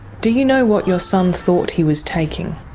do you know what your son thought he was taking?